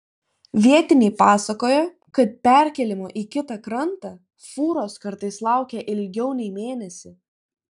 vietiniai pasakoja kad perkėlimo į kitą krantą fūros kartais laukia ilgiau nei mėnesį